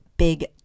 big